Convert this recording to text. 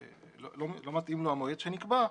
לא מתאים לו המועד שנקבע,